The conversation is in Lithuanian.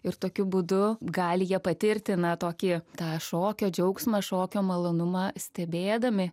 ir tokiu būdu gali jie patirti na tokį tą šokio džiaugsmą šokio malonumą stebėdami